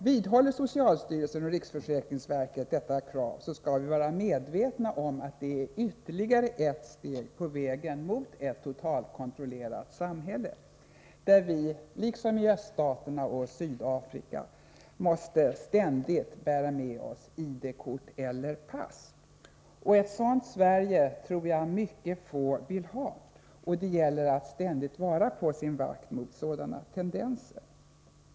Vidhåller socialstyrelsen och riksförsäkringsverket detta krav, skall vi vara medvetna om att det är ytterligare ett steg på vägen mot ett totalkontrollerat samhälle där man, liksom i öststaterna och i Sydafrika, ständigt måste bära med sig ID-kort eller pass. Ett sådant Sverige tror jag mycket få vill ha, och det gäller att ständigt vara på sin vakt mot sådana tendenser.